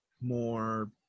more